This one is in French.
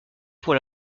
pour